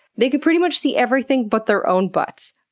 they can pretty much see everything but their own butts.